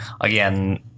again